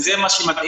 וזה מה שמדאיג,